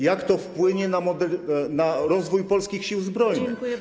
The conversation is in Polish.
Jak to wpłynie na rozwój polskich Sił Zbrojnych?